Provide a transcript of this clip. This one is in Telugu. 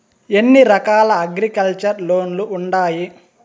ఎన్ని రకాల అగ్రికల్చర్ లోన్స్ ఉండాయి